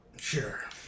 Sure